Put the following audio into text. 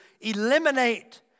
eliminate